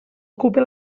ocupa